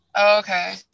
okay